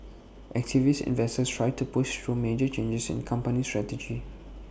activist investors try to push through major changes in company strategy